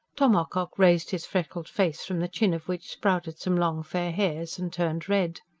tom ocock raised his freckled face, from the chin of which sprouted some long fair hairs, and turned red.